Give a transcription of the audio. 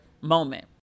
moment